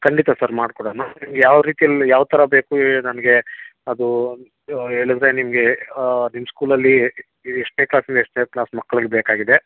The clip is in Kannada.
ಖಂಡಿತ ಸರ್ ಮಾಡ್ಕೊಡಣ ನಿಮ್ಗೆ ಯಾವ ರೀತಿಯಲ್ಲಿ ಯಾವ ಥರ ಬೇಕು ನನಗೆ ಅದು ಹೇಳದ್ರೆ ನಿಮಗೆ ನಿಮ್ಮ ಸ್ಕೂಲಲ್ಲಿ ಎಷ್ಟನೇ ಕ್ಲಾಸಿಂದ ಎಷ್ಟನೇ ಕ್ಲಾಸ್ ಮಕ್ಕಳಿಗೆ ಬೇಕಾಗಿದೆ